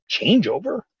changeover